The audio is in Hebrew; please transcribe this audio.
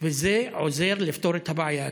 וזה עוזר לפתור את הבעיה.